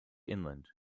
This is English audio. inland